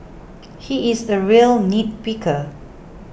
he is a real nitpicker